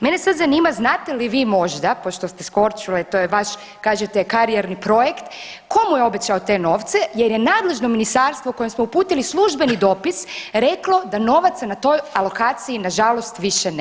Mene sad zanima znate li vi možda pošto ste s Korčule, to je vaš kažete karijerni projekt, ko mu je obećao te novce jer je nadležno ministarstvo kojem smo uputili službeni dopis reklo da novaca na toj alokaciji nažalost više nema?